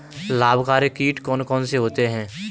लाभकारी कीट कौन कौन से होते हैं?